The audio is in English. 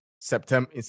September